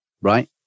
right